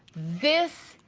this,